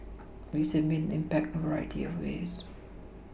these have made an impact in a variety of ways